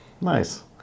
Nice